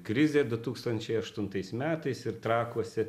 krizė du tūkstančiai aštuntais metais ir trakuose